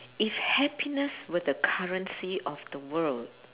if happiness were the currency of the world